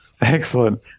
Excellent